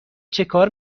چکار